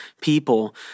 people